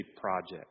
project